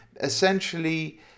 essentially